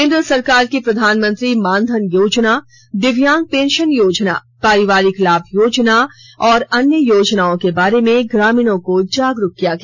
केंद्र सरकार की प्रधानमंत्री मानधन योजना दिव्यांग पेंशन योजना परिवारिक लाभ योजना एवं अन्य योजनाओं के बारे में ग्रामीणों को जागरूक किया गया